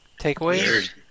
Takeaways